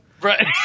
Right